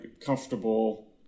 comfortable